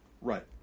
Right